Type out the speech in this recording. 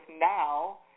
now